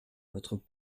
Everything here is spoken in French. votre